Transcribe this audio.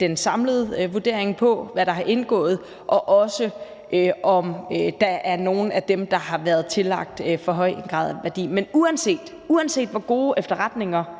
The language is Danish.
den samlede vurdering på, hvad der har indgået, og også, om der er nogen af dem, der har været tillagt en for høj grad af værdi. Men uanset – uanset – hvor gode efterretninger